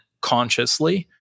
consciously